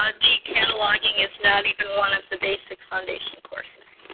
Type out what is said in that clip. um the cataloging is not even one of the basic foundation courses.